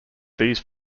these